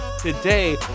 today